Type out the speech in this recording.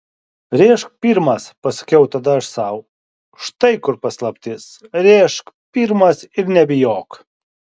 rėžk pirmas pasakiau tada aš sau štai kur paslaptis rėžk pirmas ir nebijok